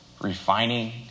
refining